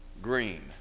Green